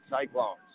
Cyclones